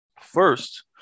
First